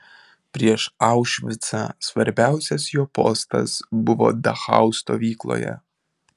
prieš aušvicą svarbiausias jo postas buvo dachau stovykloje